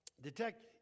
detect